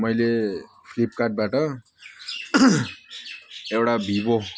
मैले फ्लिपकार्डबाट एउटा विभो